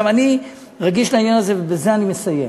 אני רגיש לעניין הזה, ובזה אני מסיים,